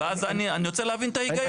אני רוצה להבין את ההיגיון.